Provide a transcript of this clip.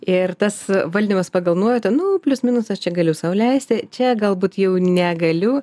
ir tas valdymas pagal naujautą nu plius minus aš čia galiu sau leisti čia galbūt jau negaliu